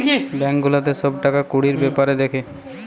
bank গুলাতে সব টাকা কুড়ির বেপার দ্যাখে